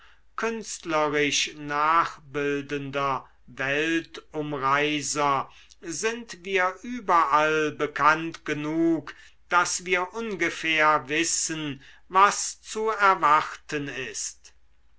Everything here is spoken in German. künstlerisch nachbildender weltumreiser sind wir überall bekannt genug daß wir ungefähr wissen was zu erwarten sei